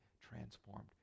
transformed